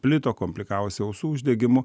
plito komplikavosi ausų uždegimu